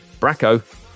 Bracco